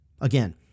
Again